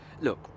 Look